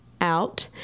out